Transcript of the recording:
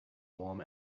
warm